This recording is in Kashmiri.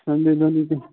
سَنڈے مَنڈے دۄہ